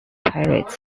pirates